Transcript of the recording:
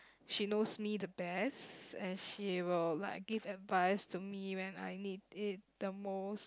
she knows me the best and she will like give advice to me when I need it the most